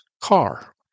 car